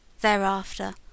Thereafter